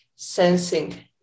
sensing